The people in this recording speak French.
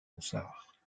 ronsard